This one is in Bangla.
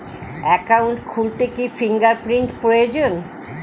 একাউন্ট খুলতে কি ফিঙ্গার প্রিন্ট প্রয়োজন?